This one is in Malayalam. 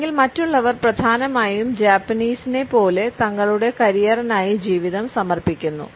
അല്ലെങ്കിൽ മറ്റുള്ളവർ പ്രധാനമായും ജാപ്പനീസിനെപോലെ തങ്ങളുടെ കരിയറിനായി ജീവിതം സമർപ്പിക്കുന്നു